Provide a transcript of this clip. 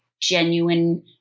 genuine